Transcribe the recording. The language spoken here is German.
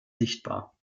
sichtbar